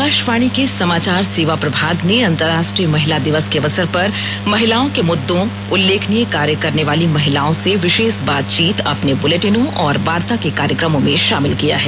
आकाशवाणी के समाचार सेवा प्रभाग ने अंतर्राष्ट्रीय महिला दिवस के अवसर पर महिलाओं के मुद्दों उल्लेखनीय कार्य करने वाली महिलाओं से विशेष बातचीत अपने बुलेटिनों और वार्ता के कार्यक्रमों में शामिल किया है